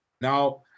Now